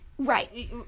Right